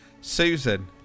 Susan